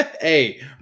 Hey